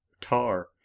tar